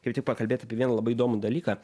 kaip tik pakalbėt apie vieną labai įdomų dalyką